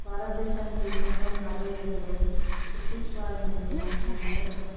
భారతదేశానికి పంతొమ్మిది వందల నలభై ఏడులో బ్రిటిష్ వారి నుండి మనకి స్వతంత్రం